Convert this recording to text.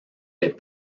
les